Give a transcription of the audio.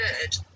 good